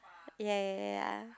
ya ya ya ya